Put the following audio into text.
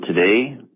today